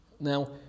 Now